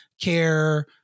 care